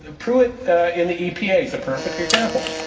ah pruitt in the epa is a perfect example.